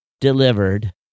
delivered